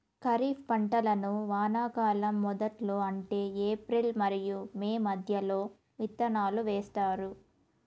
ఖరీఫ్ పంటలను వానాకాలం మొదట్లో అంటే ఏప్రిల్ మరియు మే మధ్యలో విత్తనాలు వేస్తారు